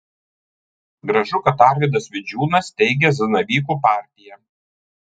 gražu kad arvydas vidžiūnas steigia zanavykų partiją